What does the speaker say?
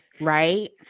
right